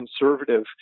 conservative